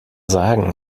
sagen